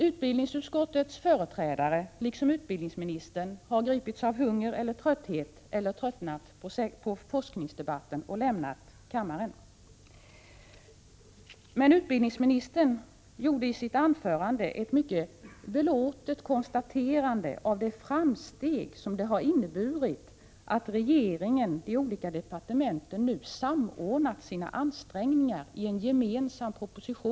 Utbildningsutskottets företrädare, liksom utbildningsministern, har gripits av hunger eller tröttnat på forskningsdebatten och lämnat kammaren. Utbildningsministern gjorde i sitt anförande ett mycket belåtet konstaterande om de framsteg som det innebär att de olika departementen nu samordnat sina ansträngningar och åstadkommit en gemensam proposition och ett Prot.